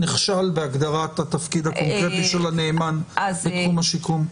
לצערי החוק נכשל בהגדרת התפקיד הקונקרטי של הנאמן בתחום השיקום.